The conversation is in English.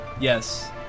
Yes